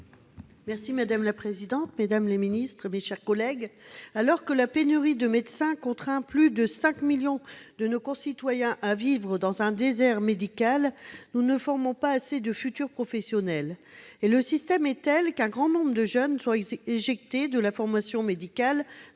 Madame la présidente, mesdames les ministres, mes chers collègues, alors que la pénurie de médecins contraint plus de 5 millions de nos concitoyens à vivre dans un désert médical, nous ne formons pas assez de futurs professionnels. Le système est tel qu'un grand nombre de jeunes sont éjectés de la formation médicale